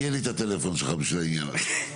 יהיה לי את הטלפון שלך בשביל העניין הזה.